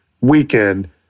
weekend